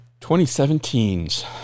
2017's